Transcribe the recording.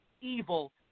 evil